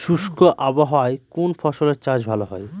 শুষ্ক আবহাওয়ায় কোন ফসলের চাষ ভালো হয়?